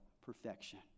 perfection